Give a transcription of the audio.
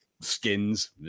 Skins